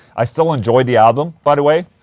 i still enjoyed the album by the way.